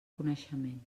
coneixement